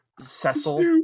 Cecil